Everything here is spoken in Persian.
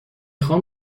خوام